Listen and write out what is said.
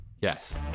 Yes